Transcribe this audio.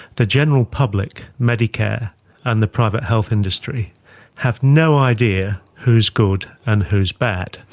the general public, medicare and the private health industry have no idea who is good and who is bad.